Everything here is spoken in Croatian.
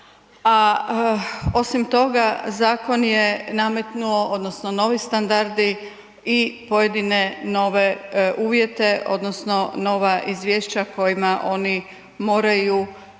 osim toga zakon je nametnuo odnosno novi standardi i pojedine nove uvjete odnosno nova izvješća kojima oni moraju davati